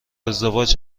ازدواج